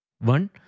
One